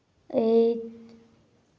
eight